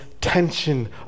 tension